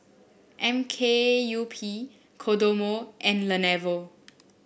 M K U P Kodomo and Lenovo